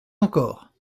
encore